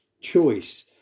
choice